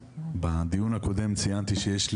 בדיון הקודם ציינתי שיש לי,